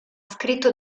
scritto